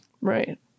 Right